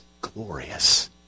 glorious